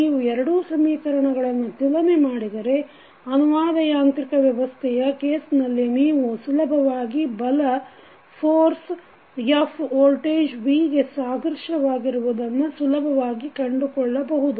ನೀವು ಎರಡೂ ಸಮೀಕರಣಗಳನ್ನು ತುಲನೆ ಮಾಡಿದರೆ ಅನುವಾದ ಯಾಂತ್ರಿಕ ವ್ಯವಸ್ಥೆಯ ಕೇಸ್ನಲ್ಲಿ ನೀವು ಸುಲಭವಾಗಿ ಬಲ F ವೋಲ್ಟೇಜ್ V ಗೆ ಸಾದೃಶ್ಯವಾಗಿರುವುದನ್ನು ಸುಲಭವಾಗಿ ಕಂಡುಕೊಳ್ಳಬಹುದು